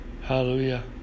Hallelujah